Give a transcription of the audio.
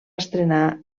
estrenar